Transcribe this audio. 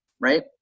Right